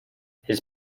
his